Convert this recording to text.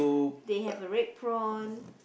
they have a red prawn